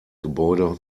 gebäude